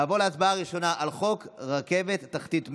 נעבור להצבעה ראשונה על חוק רכבת תחתית (מטרו),